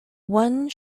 one